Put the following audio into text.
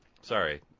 sorry